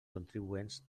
contribuents